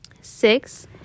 Six